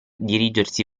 dirigersi